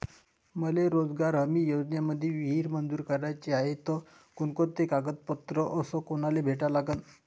मले रोजगार हमी योजनेमंदी विहीर मंजूर कराची हाये त कोनकोनते कागदपत्र अस कोनाले भेटा लागन?